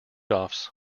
offs